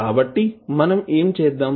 కాబట్టి మనం ఏమి చేద్దాం